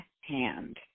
hand